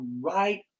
right